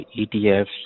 ETFs